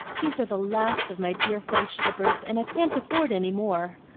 these are the last of my dear french slippers, and i can't afford any more.